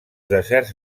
deserts